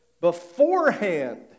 beforehand